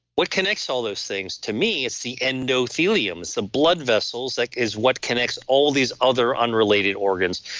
what connects all those things? to me, it's the endothelium. it's the blood vessels like is what connects all these other unrelated organs.